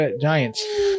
Giants